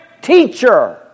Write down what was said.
teacher